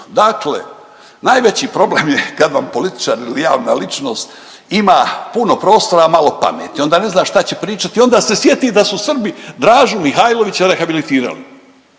Dakle, najveći problem je kad vam političar ili javna ličnost ima puno prostora, a malo pameti i onda ne zna šta će pričati i onda se sjeti da su Srbi Dražu Mihajlovića rehabilitirali.